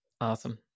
Awesome